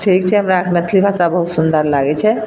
ठीक छै हमरा आरके मैथिली भाषा बहुत सुन्दर लागैत छै